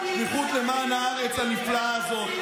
שליחות למען הארץ הנפלאה הזאת,